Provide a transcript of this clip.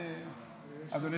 אדוני